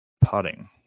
putting